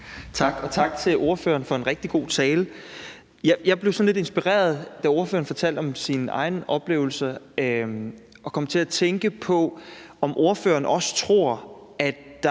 Tak. Og tak til ordføreren for en rigtig god tale. Jeg blev sådan lidt inspireret, da ordføreren fortalte om sin egen oplevelse, og kom til at tænke på, om ordføreren også tror, at der er et eller